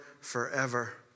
forever